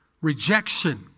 rejection